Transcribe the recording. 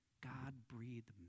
God-breathed